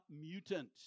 mutant